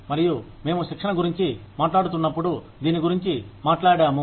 మరియు మేము శిక్షణ గురించి మాట్లాడుతున్నప్పుడు దీని గురించి మాట్లాడాము